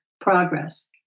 progress